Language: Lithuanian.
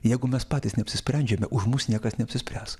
jeigu mes patys neapsisprendžiame už mus niekas neapsispręs